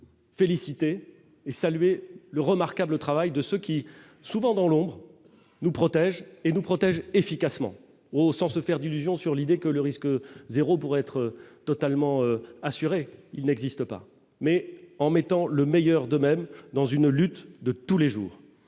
féliciter et saluer le remarquable travail de ceux qui, souvent dans l'ombre, nous protège et nous protège efficacement au sans se faire d'illusions sur l'idée que le risque 0 pour être totalement assuré, il n'existe pas, mais en mettant le meilleur d'eux-mêmes dans une lutte de tous les jours,